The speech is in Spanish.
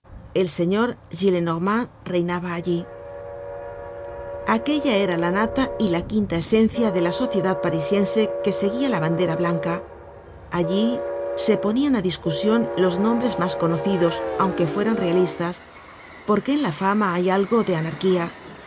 content from google book search generated at aquella era la nata y la quinta esencia de la sociedad parisiense que seguia la bandera blanca allí se ponian á discusion los nombres mas conocidos aunque fueran realistas porque en la fama hay algo de anarquía